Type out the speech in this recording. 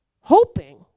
hoping